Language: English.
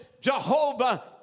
Jehovah